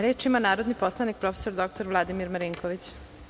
Reč ima narodni poslanik prof. dr Vladimir Marinković.